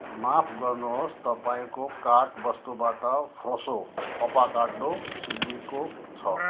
माफ गर्नुहोस् तपाईँको कार्ट वस्तुबाट फ्रेसो अभाकाडो सिद्धिएको छ